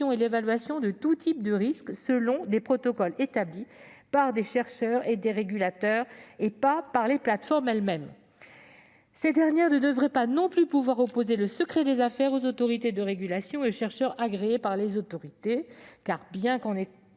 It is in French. et l'évaluation de tous les types de risques, selon des protocoles établis par les chercheurs et les régulateurs, et non par les plateformes elles-mêmes. Ces dernières ne devraient pas non plus pouvoir opposer le secret des affaires aux autorités de régulation et aux chercheurs agréés par ces autorités. En effet,